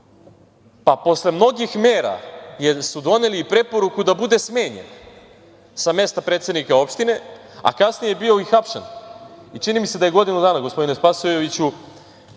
pa posle mnogih mera, jer su doneli preporuku da bude smenjen sa mesta predsednika opštine, a kasnije je bio i hapšen, čini mi se da je godinu dana, gospodine Spasojeviću,